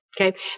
okay